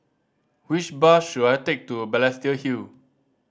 which bus should I take to Balestier Hill